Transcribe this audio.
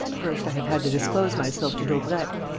first, i have had to disclose myself to daubrecq.